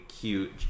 cute